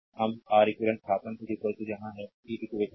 हम R eq स्थानापन्न यहाँ है कि इक्वेशन 38 है